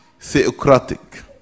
theocratic